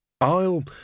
I'll